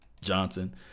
johnson